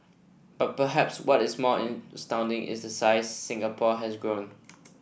but perhaps what is more astounding is the size Singapore has grown